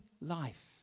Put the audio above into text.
life